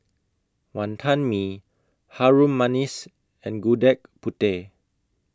Wonton Mee Harum Manis and Gudeg Putih